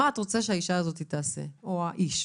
מה את רוצה שהאישה הזאת תעשה או האיש,